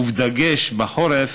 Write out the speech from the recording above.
ובדגש על החורף,